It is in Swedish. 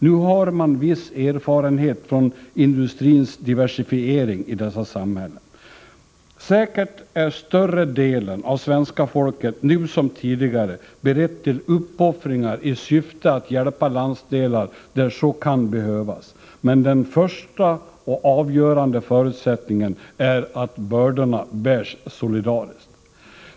Nu har man viss erfarenhet från industrins diversifiering i dessa samhällen. Säkert är större delen av svenska folket, nu som tidigare, beredd till uppoffringar i syfte att hjälpa landsdelar där så kan behövas. Men den första och avgörande förutsättningen är att bördorna bärs solidariskt.